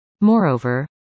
Moreover